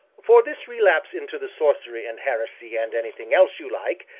for this relapse into the sorcery and heresy and anything else you like,